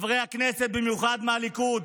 במיוחד חברי הכנסת מהליכוד,